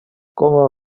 como